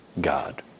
God